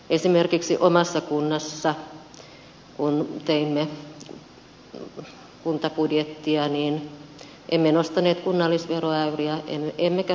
esimerkiksi omassa kunnassani kun teimme kuntabudjettia emme nostaneet kunnallisveroäyriä emmekä nostaneet kiinteistöveroa